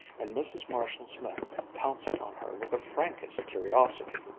and mrs. marshall-smith pounced on her with the frankest curiosity.